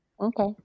Okay